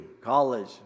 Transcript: college